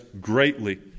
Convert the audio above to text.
greatly